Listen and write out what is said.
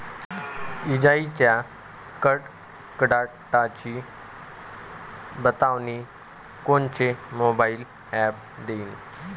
इजाइच्या कडकडाटाची बतावनी कोनचे मोबाईल ॲप देईन?